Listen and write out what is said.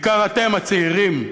בעיקר אתם, הצעירים,